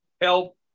help